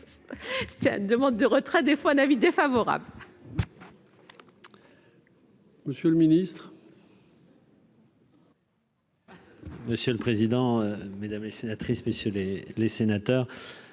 c'est une demande de retrait des fois un avis défavorable.